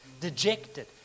dejected